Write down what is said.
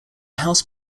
house